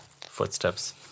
footsteps